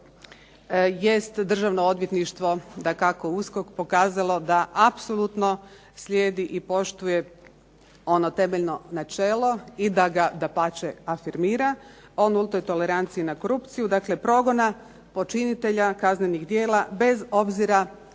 jest Državno odvjetništvo dakako USKOK pokazalo da apsolutno slijedi i poštuje ono temeljno načelo i da ga dapače afirmira. O nultoj toleranciji na korupciju, dakle progona počinitelja kaznenih djela bez obzira